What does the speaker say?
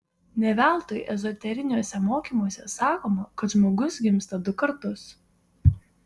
ne veltui ezoteriniuose mokymuose sakoma kad žmogus gimsta du kartus